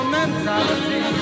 mentality